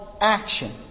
action